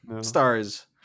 stars